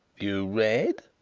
you read?